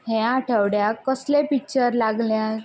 हे आठवड्याक कसले पिक्चर लागल्या